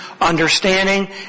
understanding